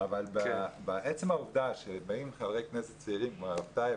אבל עצם העובדה שבאים חברי כנסת צעירים כמו מר טייב